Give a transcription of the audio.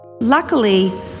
Luckily